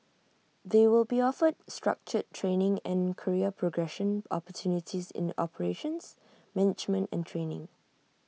they will be offered structured training and career progression opportunities in operations management and training